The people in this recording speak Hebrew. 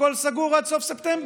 הכול סגור עד סוף ספטמבר.